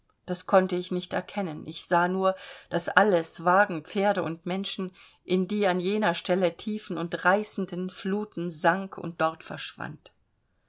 das konnte ich nicht erkennen ich sah nur daß alles wagen pferde und menschen in die an jener stelle tiefen und reißenden fluten sank und dort verschwand